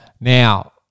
Now